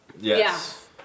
Yes